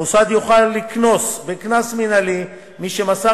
המוסד יוכל לקנוס בקנס מינהלי מי שמסר